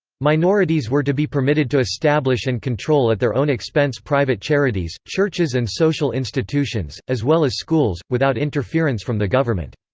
minorities were to be permitted to establish and control at their own expense private charities, churches and social institutions, as well as schools, without interference from the government.